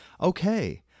okay